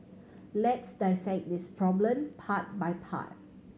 let's this problem part by part